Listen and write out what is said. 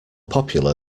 popular